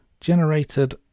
generated